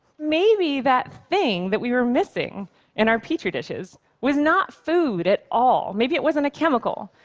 maybe that thing that we were missing in our petri dishes was not food at all. maybe it wasn't a chemical.